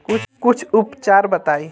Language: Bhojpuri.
कुछ उपचार बताई?